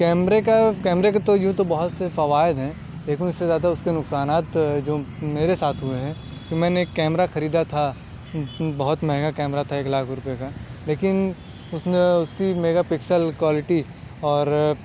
کیمرے کا کیمرے کا تو یوں تو بہت سے فوائد ہیں لیکن اس سے زیادہ اس کے نقصانات جو میرے ساتھ ہوئے ہیں کہ میں نے ایک کیمرہ خریدہ تھا بہت مہنگا کیمرہ تھا ایک لاکھ روپیے کا لیکن اس نے اس کی میگا پکسل کوالیٹی اور